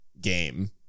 game